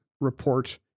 report